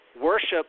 worship